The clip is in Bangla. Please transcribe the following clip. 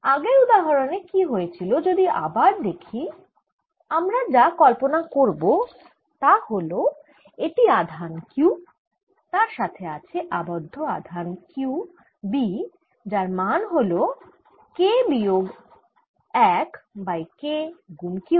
আগের উদাহরনে কি হয়েছিল যদি আবার দেখি আমরা যা কল্পনা করব তা হল এটি আধান Q তার সাথে আছে আবদ্ধ আধান Q b যার মান হল K বিয়োগ 1 বাই K গুন Q